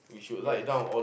yes